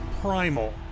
primal